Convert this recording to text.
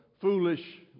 foolish